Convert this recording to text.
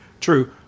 True